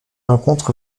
rencontre